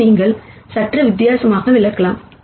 இதை நீங்கள் சற்று வித்தியாசமாக விளக்கலாம்